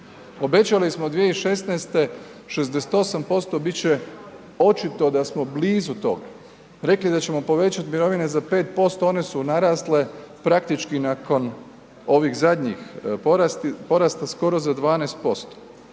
Obećali smo 2016. 68%, bit će očito da smo blizu toga, rekli da ćemo povećati mirovine za 5%, one su narasle praktički nakon ovih zadnjih porasta skoro za 12%.